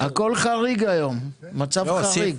הכול חריג היום, מצב חריג.